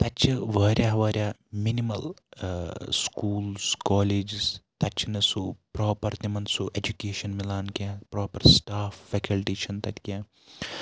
تَتہِ چھِ واریاہ واریاہ مِنِمَل سکوٗلٕز کالجٕز تَتہِ چھِنہٕ سُہ پراپر تَمن سُہ ایجوکیشن مِلان کینٛہہ پراپر سٹاف فیکلٹی چھنہٕ تَتہِ کینٛہہ